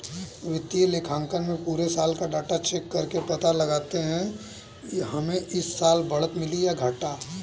वित्तीय लेखांकन में पुरे साल का डाटा चेक करके पता लगाते है हमे इस साल बढ़त मिली है या घाटा